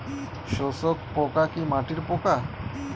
শোষক পোকা কি মাটির পোকা?